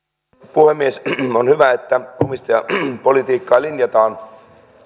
puhemies on hyvä että omistajapolitiikkaa linjataan